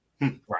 Right